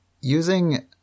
using